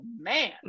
man